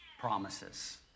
promises